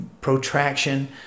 protraction